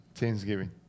Thanksgiving